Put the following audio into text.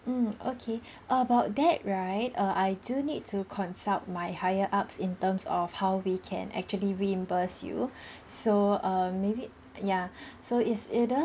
mm okay about that right err I do need to consult my higher ups in terms of how we can actually reimburse you so err maybe ya so it's either